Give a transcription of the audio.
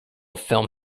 film